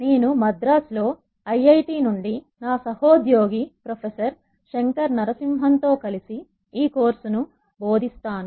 నేను మద్రాసులో ఐఐటి నుండి నా సహోద్యోగి ప్రొఫెసర్ శంకర్ నరసింహన్ తో కలిసి ఈ కోర్సును బోధిస్తాను